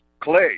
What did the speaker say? Clay